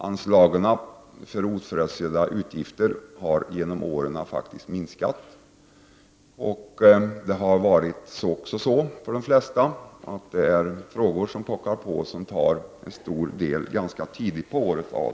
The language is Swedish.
Anslagen för oförutsedda utgifter har genom åren faktiskt minskat. För de flesta finns det frågor som pockar på sin lösning och som tar en stor del av budgeten ganska tidigt på året.